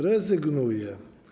Rezygnuje.